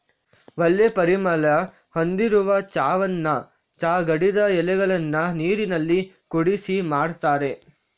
ಒಳ್ಳೆ ಪರಿಮಳ ಹೊಂದಿರುವ ಚಾವನ್ನ ಚಾ ಗಿಡದ ಎಲೆಗಳನ್ನ ನೀರಿನಲ್ಲಿ ಕುದಿಸಿ ಮಾಡ್ತಾರೆ